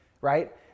right